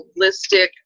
holistic